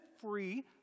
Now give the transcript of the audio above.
free